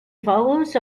vowels